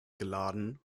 geladen